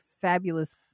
fabulous